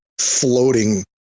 floating